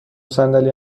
صندلی